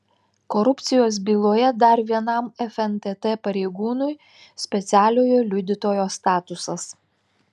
korupcijos byloje dar vienam fntt pareigūnui specialiojo liudytojo statusas